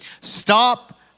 stop